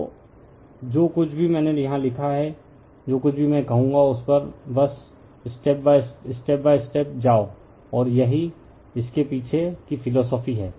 तो जो कुछ भी मैंने यहां लिखा है और जो कुछ भी मैं कहूंगा उस पर बस स्टेप स्टेप जाओ और यही इसके पीछे कि फिलोसोफी है